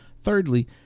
Thirdly